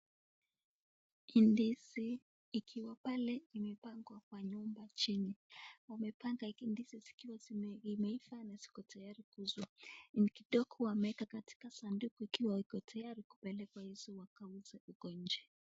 Ndizi ikiwa pale imepangwa kwa nyumba jini. Wamepanga ndizi zikiwa zimeiva na ziko tayari kuuzwa na kidogo wameweka katika sanduku wako tayari kupeleka hiyo wakauza uko nje.